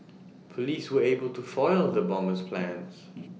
Police were able to foil the bomber's plans